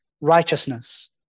righteousness